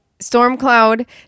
Stormcloud